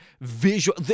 visual